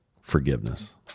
forgiveness